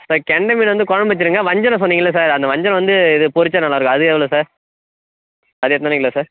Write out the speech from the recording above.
sir கெண்டை மீன் வந்து குழம்பு வச்சிருங்க வஞ்சரோம் சொன்னிங்கள சார் அந்த வஞ்சரோம் வந்து இது பொறிச்சா நல்லாயிருக்கும் அது எவ்வளோ சார் அது எத்தனை கிலோ சார்